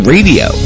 Radio